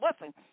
Listen